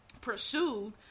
pursued